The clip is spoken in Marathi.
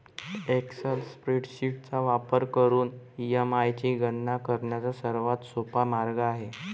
एक्सेल स्प्रेडशीट चा वापर करून ई.एम.आय ची गणना करण्याचा सर्वात सोपा मार्ग आहे